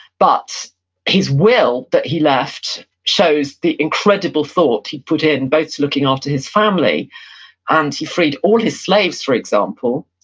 but his will that he left shows the incredible thought he put in, both to looking after his family and he freed all his slaves, for example.